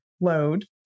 load